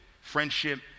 Friendship